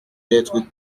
être